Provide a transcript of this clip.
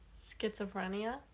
schizophrenia